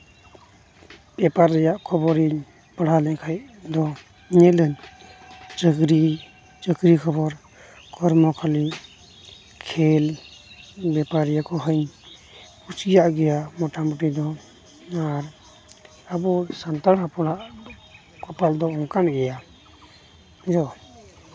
paper ᱨᱮᱭᱟᱜ ᱠᱷᱚᱵᱚᱨᱤᱧ ᱯᱟᱲᱦᱟᱣ ᱞᱮᱱᱠᱷᱟᱱ ᱫᱚ ᱧᱮᱞᱟᱹᱧ ᱪᱟᱹᱠᱨᱤ ᱪᱟᱹᱠᱨᱤ ᱠᱷᱚᱵᱚᱨ ᱱᱚᱣᱟ ᱠᱷᱚᱱᱤᱧ ᱠᱷᱮᱹᱞ ᱞᱮᱯᱷᱟᱨᱤᱭᱟᱠᱚ ᱦᱚᱧ ᱠᱩᱥᱤᱭᱟᱜ ᱜᱮᱭᱟ ᱢᱚᱴᱟᱢᱩᱴᱤ ᱫᱚ ᱟᱨ ᱟᱵᱚ ᱥᱟᱱᱛᱟᱲ ᱦᱚᱯᱚᱱᱟᱜ ᱠᱚᱯᱟᱞ ᱫᱚ ᱚᱱᱠᱟᱱ ᱜᱮᱭᱟ ᱟᱫᱚ